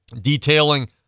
detailing